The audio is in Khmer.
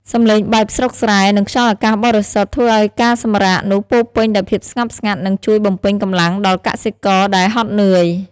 សម្លេងបែបស្រុកស្រែ និងខ្យល់អាកាសបរិសុទ្ធធ្វើឱ្យការសម្រាកនោះពោរពេញដោយភាពស្ងប់ស្ងាត់ និងជួយបំពេញកម្លាំងដល់កសិករដែលហត់នឿយ។